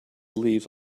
leaves